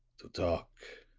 to talk?